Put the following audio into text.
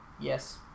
Yes